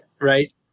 right